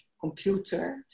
computer